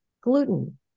gluten